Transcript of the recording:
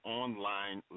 online